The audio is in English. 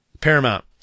paramount